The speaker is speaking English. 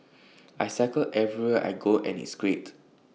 I cycle everywhere I go and it's great